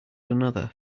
another